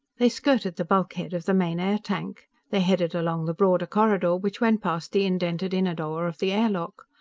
they skirted the bulkhead of the main air tank. they headed along the broader corridor which went past the indented inner door of the air lock.